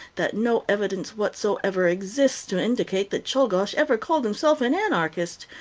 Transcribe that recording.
that no evidence whatsoever exists to indicate that czolgosz ever called himself an anarchist,